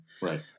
Right